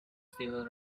still